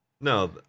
No